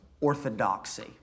orthodoxy